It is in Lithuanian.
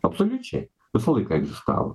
absoliučiai visą laiką egzistavo